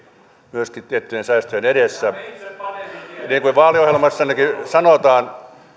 myöskin tiettyjen säästöjen edessä niin kuin vaaliohjelmassannekin sanotaan